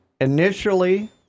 initially